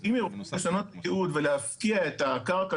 אם היא רוצה לשנות ייעוד ולהפקיע את הקרקע